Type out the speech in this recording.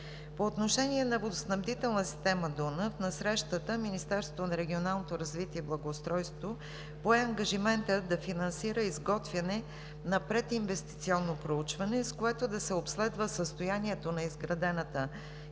По отношение на водоснабдителна система „Дунав“ на срещата Министерството на регионалното развитие и благоустройството пое ангажимента да финансира изготвяне на прединвестиционно проучване, с което да се обследва състоянието на изградената